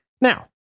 Now